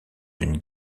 d’une